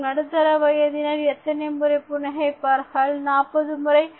மற்றும் நடுத்தர வயதினர் எத்தனை முறை புன்னகைத் இருப்பார்கள் 40 முறை